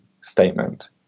statement